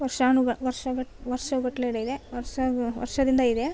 ವರ್ಷಾನುಗ ವರ್ಷಗಟ ವರ್ಷಗಟ್ಟಲೆ ಇದೆ ವರ್ಷದಿಂದ ಇದೆ